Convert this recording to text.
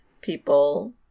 people